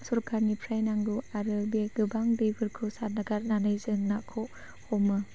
सरकारनिफ्राय नांगौ आरो बे गोबां दैफोरखौ सारगारनानै जों नाखौ हमो